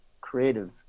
creative